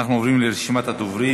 אנחנו עוברים לרשימת הדוברים.